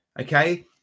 Okay